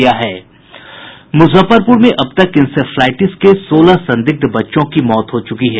मुजफ्फरपुर में अब तक इंसेफ्लाइटिस के सोलह संदिग्ध बच्चों की मौत हो चुकी है